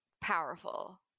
powerful